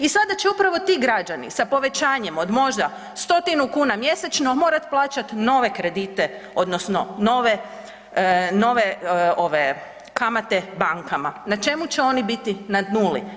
I sada će upravo ti građani sa povećanjem od možda 100 kuna mjesečno morat plaćat nove kredite odnosno nove kamate bankama na čemu će oni biti na nuli.